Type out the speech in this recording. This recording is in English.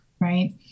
right